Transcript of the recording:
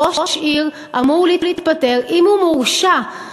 ראש עיר אמור להתפטר אם הוא מורשע.